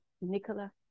Nicola